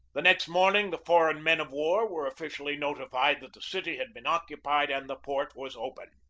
the next morning the foreign men-of-war were officially notified that the city had been occupied and the port was open.